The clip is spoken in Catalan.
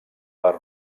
per